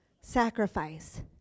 Sacrifice